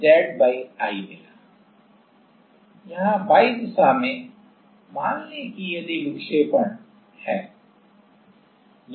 और यहाँ इस मामले में हम इसे w मान रहे हैं क्योंकि Y दिशा में या ऊर्ध्वाधर दिशा में हम विक्षेपण को w मान रहे हैं